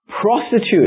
prostitute